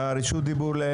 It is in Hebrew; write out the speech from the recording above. חבר הכנסת אלקין.